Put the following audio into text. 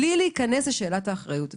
בלי להיכנס לשאלת האחריות.